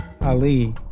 Ali